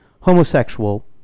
homosexual